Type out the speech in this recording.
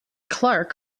clark